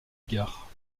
gare